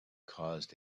caused